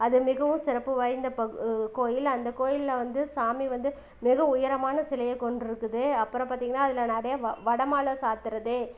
அது மிகவும் சிறப்பு வாய்ந்த ப கோயில் அந்த கோயிலில் வந்து சாமி வந்து மிக உயரமான சிலையை கொண்டுருக்குது அப்புறம் பார்த்திங்கனா அதில் நிறைய வ வடை மாலை சாத்துறது